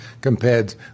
compared